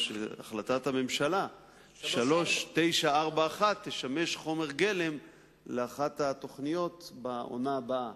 שהחלטת הממשלה 3941 תשמש חומר גלם לאחת התוכניות בעונה הבאה.